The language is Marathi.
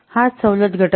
हाच सवलत घटक आहे